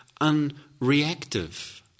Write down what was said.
unreactive